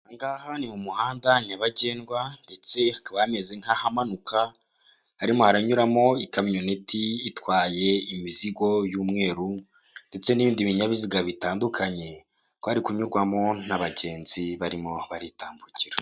Ahangaha ahandi mu muhanda nyabagendwa ndetseba hameze nk'ahamanuka harimo haranyuramo ikamyoniti itwaye imizigo y'umweru ndetse n'ibindi binyabiziga bitandukanye kwari kunyurwamo n'abagenzi barimo baritambukira.